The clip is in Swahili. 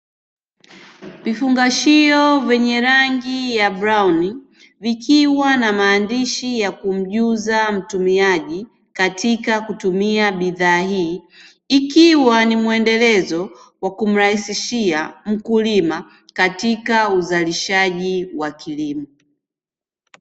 Vifungashio vyenye rangi ya kahawia vikiwa na maandhishi ya kumjuza mtumiaji katika kutumia bidhaa hii, ikiwa ni muendelezo wa kumrahisishia mkulima katika uzalishaji wa kilimo.